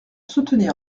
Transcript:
soutenir